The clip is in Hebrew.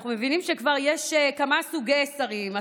אנו מבינים שכבר יש כמה סוגי שרים,